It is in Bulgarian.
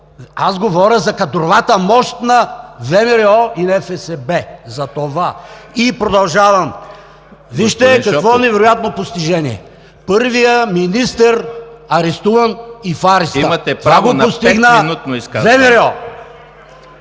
Аз говоря за кадровата мощ на ВМРО и НФСБ – за това! Продължавам. Вижте какво невероятно постижение – първият министър арестуван и е в ареста. Това го постигна ВМРО!